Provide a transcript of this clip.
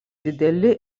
dideli